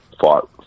fought